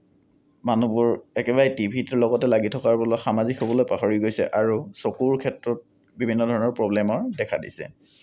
মানুহবোৰ একেবাৰে টিভিটোৰ লগতে লাগি থকাৰ ফলত সামাজিক হ'বলৈ পাহৰি গৈছে আৰু চকুৰ ক্ষেত্ৰত বিভিন্ন ধৰণৰ প্ৰব্লেমৰ দেখা দিছে